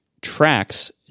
tracks